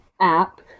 app